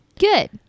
Good